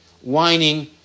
whining